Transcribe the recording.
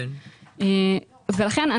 לכן,